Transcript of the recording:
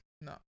No